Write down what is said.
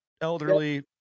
elderly